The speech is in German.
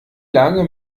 lange